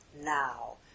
now